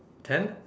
ten